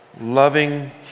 loving